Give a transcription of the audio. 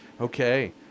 Okay